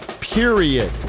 period